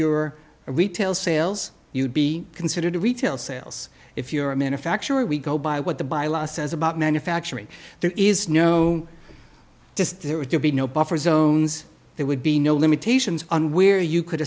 a retail sales you'd be considered a retail sales if you're a manufacturer we go by what the by law says about manufacturing there is no just there would be no buffer zones there would be no limitations on where you could